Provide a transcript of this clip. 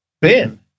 Ben